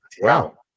wow